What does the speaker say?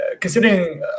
considering